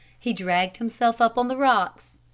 he dragged himself up on the rocks.